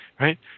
right